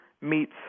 meets